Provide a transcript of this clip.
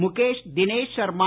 Mukesh Dinesh Sharma